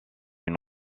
une